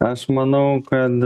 aš manau kad